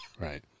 Right